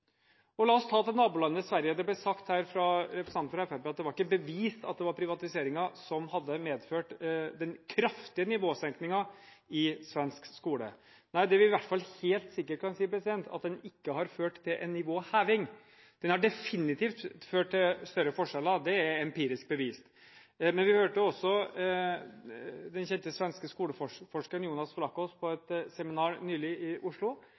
systemet. La oss ta vårt naboland Sverige. Det ble sagt her fra representanten fra Fremskrittspartiet at det var ikke bevist at det var privatiseringen som hadde medført den kraftige nivåsenkningen i svensk skole. Nei, men det vi i hvert fall helt sikkert kan si at den ikke har ført til, er nivåheving. Den har definitivt ført til større forskjeller. Det er empirisk bevist. Men vi hørte også den kjente svenske skoleforskeren Jonas Vlachos si på et seminar nylig i Oslo